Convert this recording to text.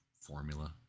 formula